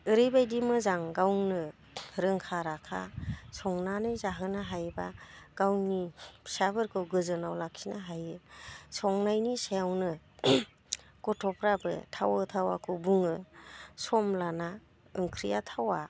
ओरैबायदि मोजां गावनो रोंखा राखा संनानै जाहोनो हायोब्ला गावनि फिसाफोरखौ गोजोनाव लाखिनो हायो संनायनि सायावनो गथ'फ्राबो थावो थावाखौ बुङो सम लाना ओंख्रिया थावा